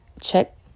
check